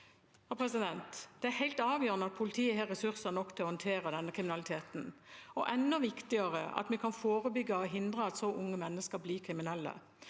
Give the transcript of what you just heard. tilfeldige ofre. Det er helt avgjørende at politiet har ressurser nok til å håndtere denne kriminaliteten, og – enda viktigere – at vi kan forebygge og hindre at så unge mennesker blir kriminelle.